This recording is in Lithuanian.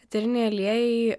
eteriniai aliejai